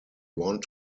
want